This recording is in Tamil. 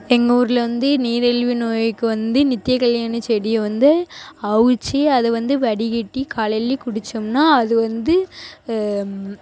எங்கள் ஊரில் வந்து நீரிழிவு நோய்க்கு வந்து நித்திய கல்யாணி செடியை வந்து அவிச்சி அதை வந்து வடிக்கட்டி காலைல குடித்தோம்னா அது வந்து